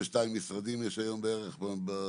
חבר הכנסת רוטמן, בבקשה.